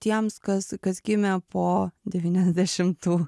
tiems kas kas gimė po devyniasdešimtų